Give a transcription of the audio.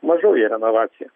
mažoji renovacija